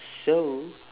so